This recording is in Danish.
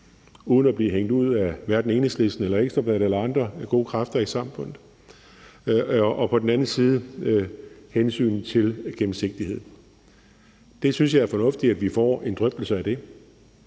uden at blive hængt ud, hverken af Enhedslisten, Ekstra Bladet eller andre gode kræfter i samfundet, og på den anden side hensynet til gennemsigtighed. Jeg synes, det er fornuftigt, at vi får en drøftelse af det,